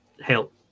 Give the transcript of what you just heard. help